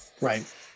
Right